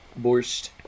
borscht